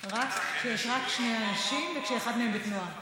רק כשיש רק שני אנשים וכשאחד מהם בתנועה.